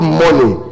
money